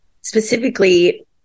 specifically